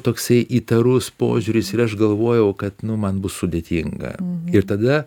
toksai įtarus požiūris ir aš galvojau kad nu man bus sudėtinga ir tada